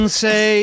say